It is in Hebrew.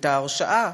והייתה הרשעה,